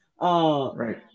Right